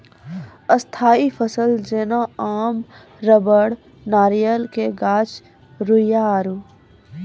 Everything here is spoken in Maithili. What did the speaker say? स्थायी फसल जेना आम रबड़ नारियल के गाछ रुइया आरु